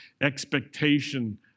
expectation